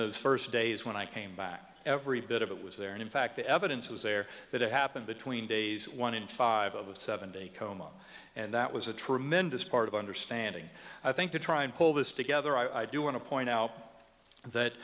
those first days when i came back every bit of it was there and in fact the evidence was there that it happened between days one in five of seven day coma and that was a tremendous part of understanding i think to try and pull this together i do want to point out that